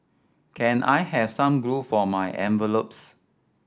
can I have some glue for my envelopes